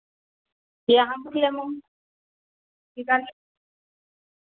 की कहलियै